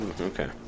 okay